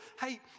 hey